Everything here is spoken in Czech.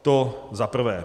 To za prvé.